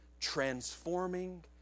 transforming